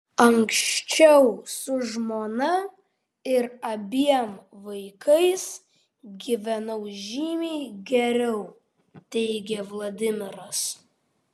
anksčiau su žmona ir abiem vaikais gyvenau žymiai geriau teigia vladimiras